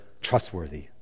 trustworthy